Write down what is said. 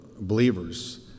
believers